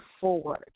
forward